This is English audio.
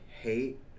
hate